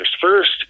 first